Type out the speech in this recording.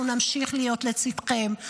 אנחנו נמשיך להיות לצידכם.